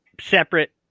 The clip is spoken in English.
separate